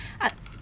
I